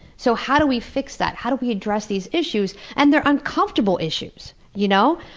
so how do we fix that? how do we address these issues? and they're uncomfortable issues, you know?